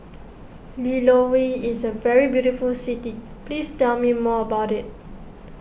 Lilongwe is a very beautiful city please tell me more about it